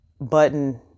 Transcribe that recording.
Button